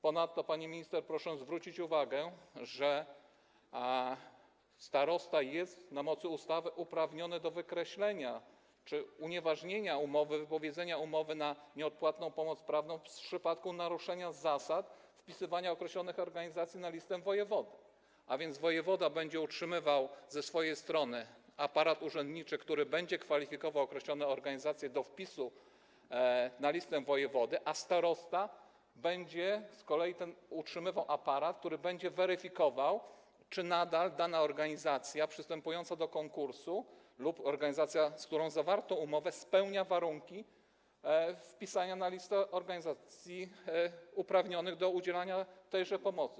Poza tym, pani minister, proszę zwrócić uwagę, że starosta jest na mocy ustawy uprawniony do unieważnienia umowy, wypowiedzenia umowy na nieodpłatną pomoc prawną w przypadku naruszenia zasad wpisania określonych organizacji na listę wojewodów, a więc wojewoda będzie utrzymywał ze swojej strony aparat urzędniczy, który będzie kwalifikował określone organizacje do wpisu na listę wojewody, a starosta będzie z kolei utrzymywał aparat, który będzie weryfikował, czy nadal dana organizacja przystępująca do konkursu lub organizacja, z którą zawarto umowę, spełnia warunki wpisania na listę organizacji uprawnionych do udzielania tejże pomocy.